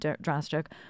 drastic